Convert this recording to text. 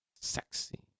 Sexy